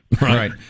Right